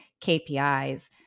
KPIs